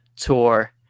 tour